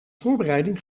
voorbereiding